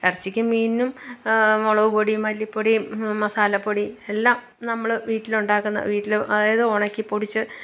ഇറച്ചിക്കും മീനിനും മുളകുപൊടി മല്ലിപ്പൊടിയും മസാലപ്പൊടി എല്ലാം നമ്മൾ വീട്ടിലുണ്ടാക്കുന്ന വീട്ടിൽ അതായത് ഉണക്കിപ്പൊടിച്ച്